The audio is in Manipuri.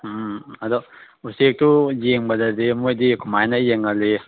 ꯎꯝ ꯑꯗꯣ ꯎꯆꯦꯛꯇꯨ ꯌꯦꯡꯕꯗꯗꯤ ꯃꯣꯏꯗꯤ ꯀꯃꯥꯏꯅ ꯌꯦꯡꯍꯜꯂꯤ